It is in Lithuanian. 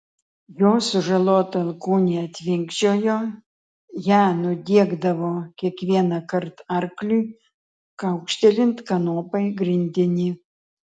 jo sužalota alkūnė tvinkčiojo ją nudiegdavo kiekvienąkart arkliui kaukštelint kanopa į grindinį